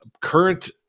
current